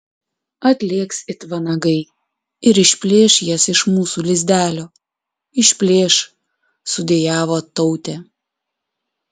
atlėks it vanagai ir išplėš jas iš mūsų lizdelio išplėš sudejavo tautė